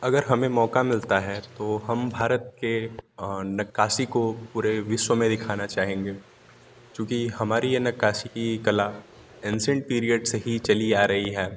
अगर हमें मौका मिलता है तो हम भारत के नक्काशी को पूरे विश्व में दिखाना चाहेंगे क्योंकि हमारी यह नक्काशी की कला असिएंट पीरियड से ही चली आ रही है